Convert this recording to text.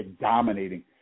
dominating